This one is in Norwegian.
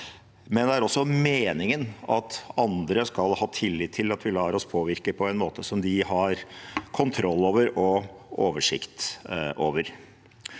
men det er også meningen at andre skal ha tillit til at vi lar oss påvirke på en måte som de har kontroll over og oversikt over.